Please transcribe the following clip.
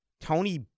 Tony